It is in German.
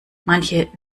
manche